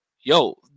yo